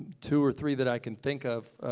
two or three that i can think of,